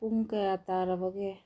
ꯄꯨꯡ ꯀꯌꯥ ꯇꯥꯔꯕꯒꯦ